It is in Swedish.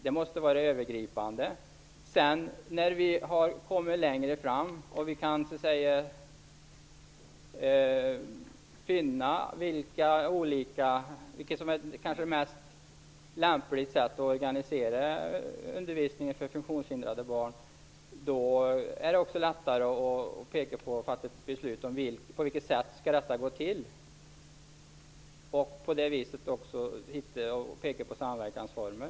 Det måste vara det övergripande. När vi har kommit längre fram och kan finna vilket sätt som är det mest lämpliga för att organisera undervisningen för funktionshindrade barn är det också lättare att fatta ett beslut om hur detta skall gå till. Man kan då också peka på samverkansformer.